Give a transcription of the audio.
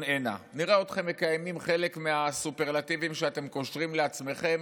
הנה" נראה אתכם מקיימים חלק מהסופרלטיבים שאתם קושרים לעצמכם